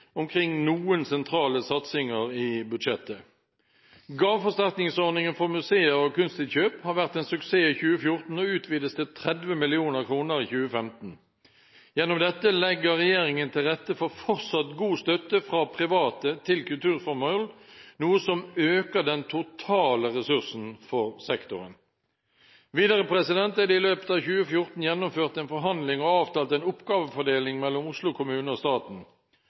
omkring noen sentrale satsinger i budsjettet. Gaveforsterkingsordningen for museer og kunstinnkjøp har vært en suksess i 2014, og utvides til 30 mill. kr i 2015. Gjennom dette legger regjeringen til rette for fortsatt god støtte fra private til kulturformål, noe som øker den totale ressursen for sektoren. Videre er det i løpet av 2014 gjennomført en forhandling og avtalt en oppgavefordeling mellom Oslo kommune og staten.